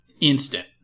Instant